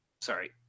sorry